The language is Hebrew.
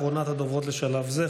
אחרונת הדוברות לשלב זה,